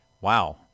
Wow